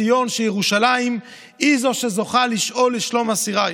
"ציון" ירושלים היא זו שזוכה לשאול לשלום אסיריה.